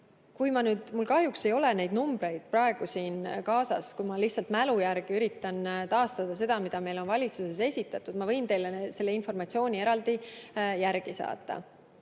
on vahe. Mul kahjuks ei ole neid numbreid praegu siin kaasas. Ma lihtsalt mälu järgi üritan taastada seda, mida meile valitsuses on esitatud – ma võin teile selle informatsiooni eraldi saata